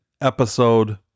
episode